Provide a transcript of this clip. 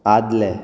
आदलें